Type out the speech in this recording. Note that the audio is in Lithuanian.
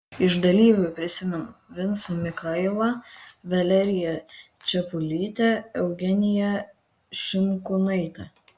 iš dalyvių prisimenu vincą mikailą valeriją čepulytę eugeniją šimkūnaitę